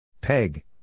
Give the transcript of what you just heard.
Peg